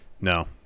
No